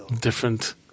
different